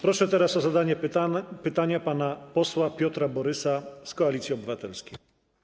Proszę teraz o zadanie pytania pana posła Piotra Borysa z Koalicji Obywatelskiej.